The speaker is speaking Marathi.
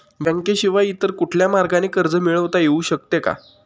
बँकेशिवाय इतर कुठल्या मार्गाने कर्ज मिळविता येऊ शकते का?